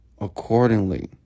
accordingly